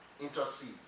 intercede